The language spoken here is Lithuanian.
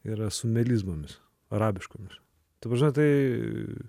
yra su melizmomis arabiškomis ta prasme tai